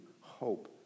hope